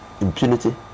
impunity